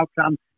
outcome